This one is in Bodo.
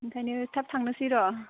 ओंखायनो थाब थांनोसै र'